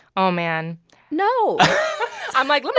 oh, man no i'm like,